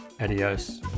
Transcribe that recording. adios